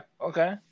Okay